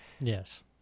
Yes